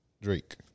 Drake